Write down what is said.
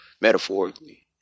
metaphorically